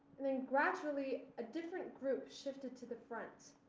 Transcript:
gradually, a different group shifted to the front.